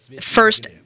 first